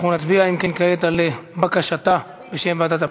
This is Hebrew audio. אנחנו נצביע, אם כן, כעת על בקשתה בשם ועדת הפנים.